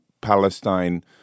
Palestine